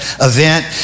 event